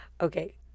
Okay